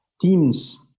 teams